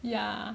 ya